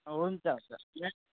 हुन्छ हुन्छ